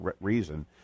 reason